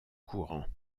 courant